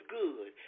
good